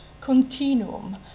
continuum